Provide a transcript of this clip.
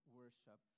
worship